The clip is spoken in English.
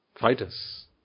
Fighters